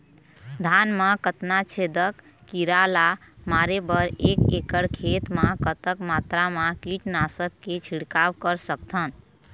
धान मा कतना छेदक कीरा ला मारे बर एक एकड़ खेत मा कतक मात्रा मा कीट नासक के छिड़काव कर सकथन?